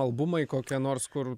albumai kokia nors kur